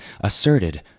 asserted